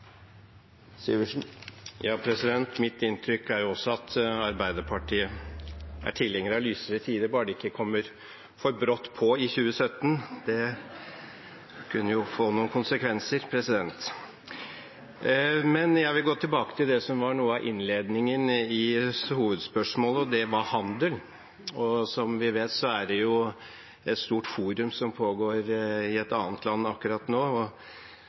også at Arbeiderpartiet er tilhenger av lysere tider, bare de ikke kommer for brått på i 2017. Det kunne jo få noen konsekvenser. Jeg vil gå tilbake til det som var noe av innledningen i hovedspørsmålet, og det var handel. Som vi vet, pågår det et stort forum i et annet land akkurat nå.